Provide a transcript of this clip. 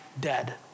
dead